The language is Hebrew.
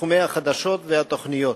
בתחומי החדשות והתוכניות.